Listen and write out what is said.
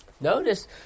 Notice